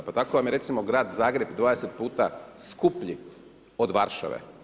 Pa tako vam je recimo grad Zagreb 20 puta skuplji od Varšave.